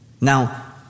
Now